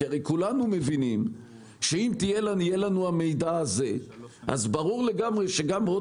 הרי כולנו מבינים שאם יהיה לנו המידע הזה אז ברור לגמרי שגם הוט